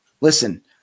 listen